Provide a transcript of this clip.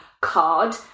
Card